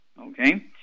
Okay